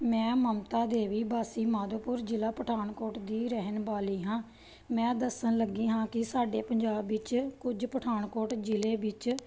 ਮੈਂ ਮਮਤਾ ਦੇਵੀ ਵਾਸੀ ਮਾਧੋਪੁਰ ਜ਼ਿਲ੍ਹਾ ਪਠਾਨਕੋਟ ਦੀ ਰਹਿਣ ਵਾਲੀ ਹਾਂ ਮੈਂ ਦੱਸਣ ਲੱਗੀ ਹਾਂ ਕਿ ਸਾਡੇ ਪੰਜਾਬ ਵਿੱਚ ਕੁਝ ਪਠਾਨਕੋਟ ਜ਼ਿਲ੍ਹੇ ਵਿੱਚ